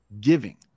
Giving